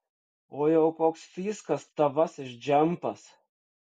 o jau koks fyskas tavasis džempas